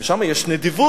ושם יש נדיבות.